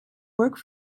work